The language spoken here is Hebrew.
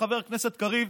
חבר הכנסת קריב,